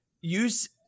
use